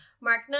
Mark